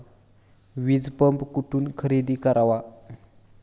वीजपंप कुठून खरेदी करावा?